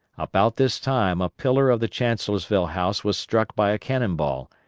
about this time a pillar of the chancellorsville house was struck by a cannon-ball,